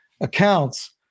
accounts